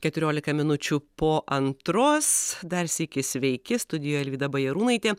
keturiolika minučių po antros dar sykį sveiki studijoj alvyda bajarūnaitė